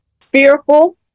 fearful